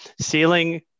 ceiling